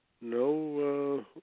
No